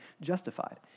justified